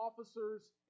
officers